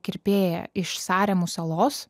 kirpėja iš saremų salos